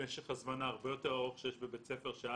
משך הזמן שהוא הרבה יותר ארוך שיש בבית הספר כאשר